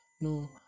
no